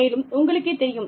மேலும் உங்களுக்கே தெரியும்